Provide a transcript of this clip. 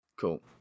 Cool